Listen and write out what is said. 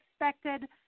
expected